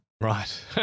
Right